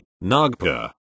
Nagpur